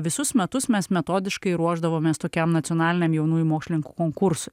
visus metus mes metodiškai ruošdavomės tokiam nacionaliniam jaunųjų mokslininkų konkursui